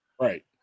right